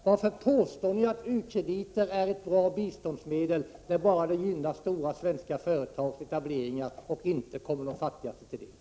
Varför påstår ni att u-krediter är ett bra biståndsmedel, när de bara gynnar stora svenska företags etableringar och inte kommer de fattiga till del?